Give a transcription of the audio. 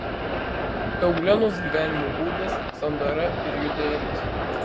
euglenos gyvenimo būdas sandara ir judėjimas